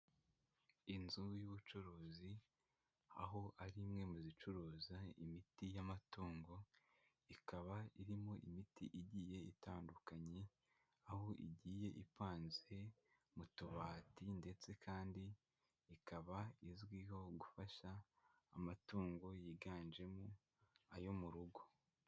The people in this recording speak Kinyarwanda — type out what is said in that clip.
Inzu y'ubucuruzi aho ari imwe mu zicuruza imiti y'amatungo, ikaba irimo imiti igiye itandukanye aho igiye ipanze mu tubati ndetse kandi ikaba izwiho gufasha amatungo yiganjemo ayo mu rugo.